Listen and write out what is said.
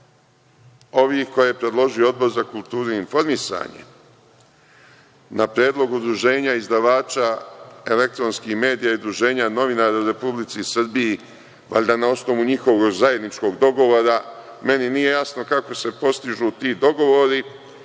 ovih koje je predložio Odbor za kulturu i informisanje, na predlog Udruženja izdavača elektronskih medija i Udruženje novinara u Republici Srbiji, valjda na osnovu njihovog zajedničkog dogovora, meni nije jasno kako se postižu ti dogovori,